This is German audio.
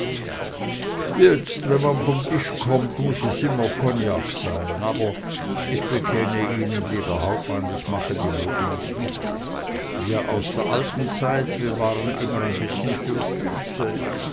jetzt wenn man von tisch kommt muß es immer ein cognac sein aber ich bekenne ihnen lieber hauptmann ich mache die mode nicht mit wir aus der alten zeit wir waren immer ein bißchen fürs süße